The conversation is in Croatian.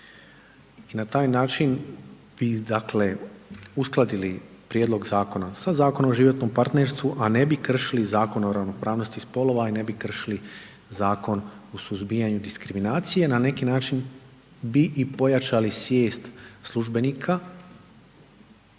i na taj način bi uskladili prijedlog zakona sa Zakonom o životnom partnerstvu, a ne bi kršili Zakon o ravnopravnosti spolova i ne bi kršili Zakon o suzbijanju diskriminacije, na neki način bi i pojačali svijest službenika